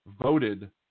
voted